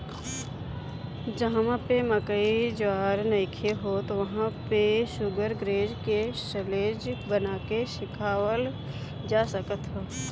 जहवा पे मकई ज्वार नइखे होत वहां पे शुगरग्रेज के साल्लेज बना के खियावल जा सकत ह